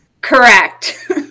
Correct